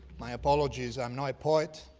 my apologies, i'm not a poet.